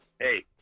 Hey